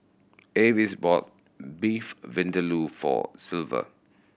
Avis bought Beef Vindaloo for Silver